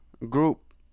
Group